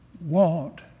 want